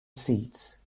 seats